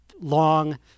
long